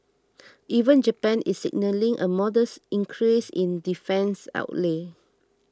even Japan is signalling a modest increase in defence outlays